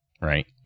right